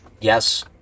yes